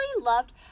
loved